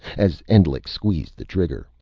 as endlich squeezed the trigger,